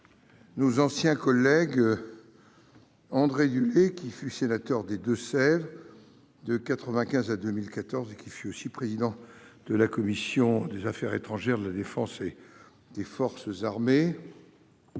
nos anciens collègues André Dulait, qui fut sénateur des Deux-Sèvres de 1995 à 2014 et qui fut aussi président de la commission des affaires étrangères, de la défense et des forces armées,